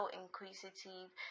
inquisitive